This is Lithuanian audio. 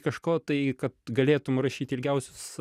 kažko tai kad galėtum rašyt ilgiausius